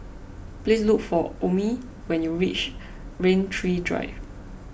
please look for Omie when you reach Rain Tree Drive